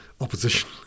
opposition